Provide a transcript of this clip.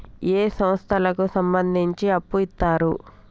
ఏ సంస్థలకు సంబంధించి అప్పు ఇత్తరు?